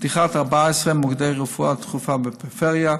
פתיחת 14 מוקדי רפואה דחופה בפריפריה,